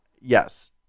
yes